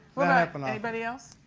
and anybody else?